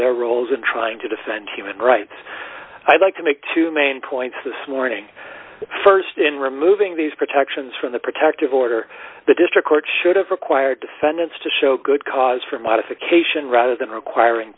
their roles in trying to defend human rights i'd like to make two main points this morning st in removing these protections from the protective order the district court should have required defendants to show good cause for modification rather than requiring